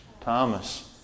Thomas